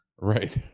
right